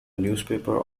newspaper